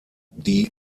die